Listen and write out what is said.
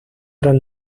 gran